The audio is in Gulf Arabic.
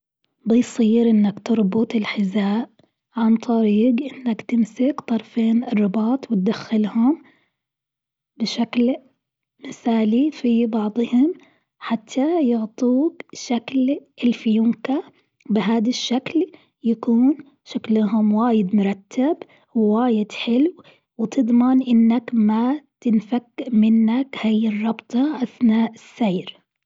بيصير إنك تربط الحذاء عن طريق أنك تمسك طرفين الرباط وتدخلهم، بشكل مثالي في بعضهم حتى ينطوك شكل الفيونكة بهذا الشكل يكون شكلهم واجد مرتب وواجد حلو وتضمن إنك ما تنفك منك هاي الربطة أثناء السير.